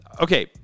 Okay